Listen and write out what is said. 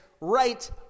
right